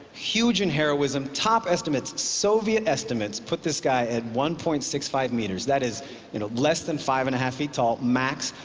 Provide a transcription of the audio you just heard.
huge in heroism. top estimates, soviet estimates, put this guy at one point six five meters, that is you know less than five and a half feet tall max,